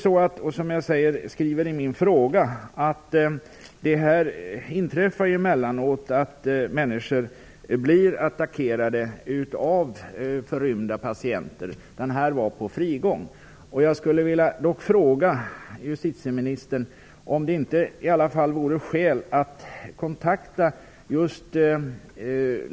Som jag skriver i min fråga inträffar det emellanåt att människor blir attackerade av förrymda patienter, och den som det här gäller var ute på frigång.